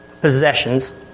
possessions